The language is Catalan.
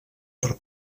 per